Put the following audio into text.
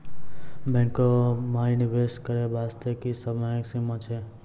बैंको माई निवेश करे बास्ते की समय सीमा छै?